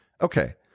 Okay